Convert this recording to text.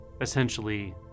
Essentially